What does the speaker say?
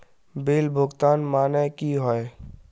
Bill भुगतान माने की होय?